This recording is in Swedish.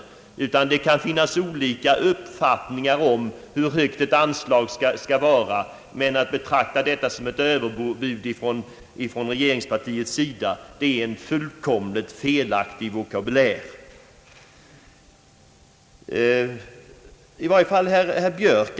Jag anser att det kan finnas olika uppfattningar om hur högt ett anslag bör vara, men dessa företrädare för regeringspartiet använder en fullkomligt felaktig vokabulär när de talar om överbud.